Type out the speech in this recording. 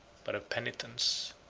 but of penitence.